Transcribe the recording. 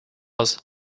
was